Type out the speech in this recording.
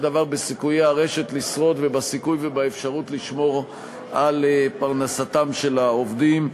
דבר בסיכויי הרשת לשרוד ובסיכוי ובאפשרות לשמור על פרנסתם של העובדים.